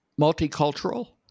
multicultural